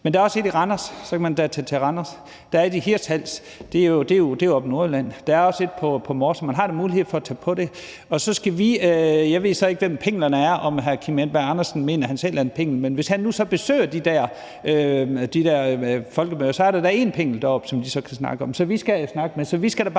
Men der er også et i Randers, og så kan man da tage til Randers. Der er et i Hirtshals, og det er jo oppe i Nordjylland. Der er også et på Mors. Så man har da mulighed for at tage på det. Jeg ved så ikke, hvem pingerne er, og om hr. Kim Edberg Andersen selv mener, at han er en ping. Men hvis nu han så besøger de der folkemøder, er der da én ping deroppe, som de så kan snakke med. Så vi skal da bare